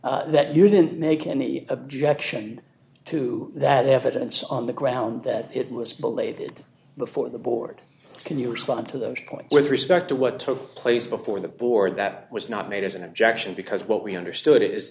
also that you didn't make any objection to that evidence on the ground that it was belated before the board can you respond to those points with respect to what took place before the board that was not made as an objection because what we understood it is